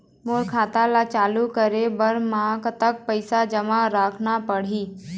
मोर खाता ला चालू रखे बर म कतका पैसा जमा रखना पड़ही?